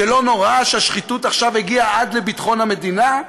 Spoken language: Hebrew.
שלא נורא שהשחיתות עכשיו הגיעה עד ביטחון המדינה,